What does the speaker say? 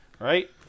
right